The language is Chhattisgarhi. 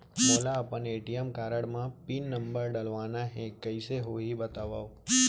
मोला अपन ए.टी.एम कारड म पिन नंबर डलवाना हे कइसे होही बतावव?